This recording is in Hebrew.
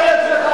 שלך.